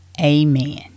Amen